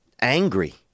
angry